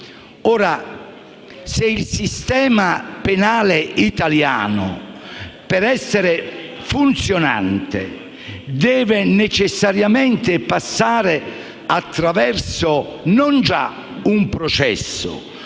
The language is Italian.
Se il sistema penale italiano per essere funzionante deve necessariamente passare non già attraverso un processo,